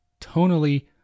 Tonally